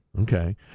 Okay